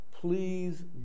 Please